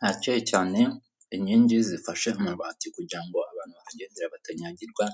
Haracyeye cyane inkingi zifashe amabati kugira ngo abantu bahagendera batanyagirwa,